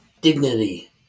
Dignity